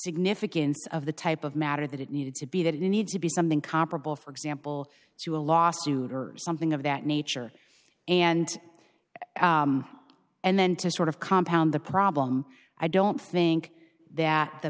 significance of the type of matter that it needed to be that it needs to be something comparable for example to a lawsuit or something of that nature and and then to sort of compound the problem i don't think that the